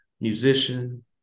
musician